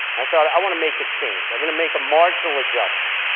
i thought i want to make a change. i'm going to make a marginal adjustment,